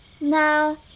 Now